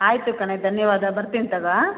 ಆಯ್ತು ಕಣೆ ಧನ್ಯವಾದ ಬರ್ತೀನಿ ತೊಗೊ